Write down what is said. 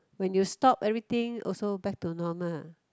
when you stop everything also back to normal